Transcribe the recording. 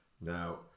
Now